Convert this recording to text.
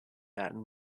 baton